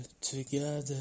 together